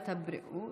תודה רבה.